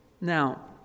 Now